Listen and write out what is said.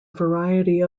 variety